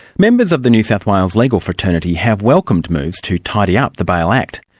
members of the new south wales legal fraternity have welcomed moves to tidy up the bail act.